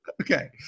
Okay